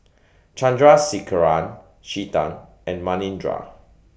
Chandrasekaran Chetan and Manindra